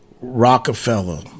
Rockefeller